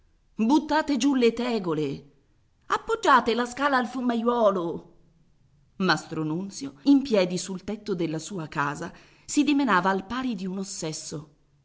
buttate giù le tegole appoggiate la scala al fumaiuolo mastro nunzio in piedi sul tetto della sua casa si dimenava al pari di un ossesso